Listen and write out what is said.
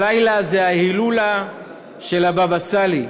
הלילה תהיה ההילולה של הבאבא סאלי.